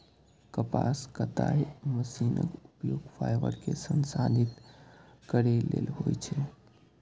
कपास कताइ मशीनक उपयोग फाइबर कें संसाधित करै लेल होइ छै